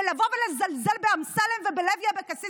ולבוא ולזלזל באמסלם ובלוי אבקסיס